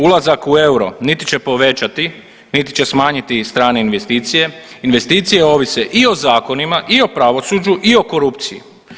Ulazak u euro niti će povećati niti će smanjiti strane investicije, investicije ovise i o zakonima i o pravosuđu i o korupciji.